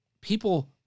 people